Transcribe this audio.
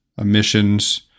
emissions